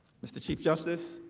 mr. chief justice,